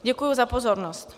Děkuji za pozornost.